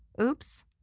oops.